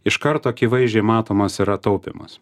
iš karto akivaizdžiai matomas yra taupymas